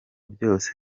byose